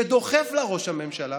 שדוחף אליה ראש הממשלה,